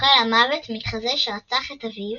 אוכל מוות מתחזה שרצח את אביו,